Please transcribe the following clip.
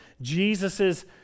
Jesus's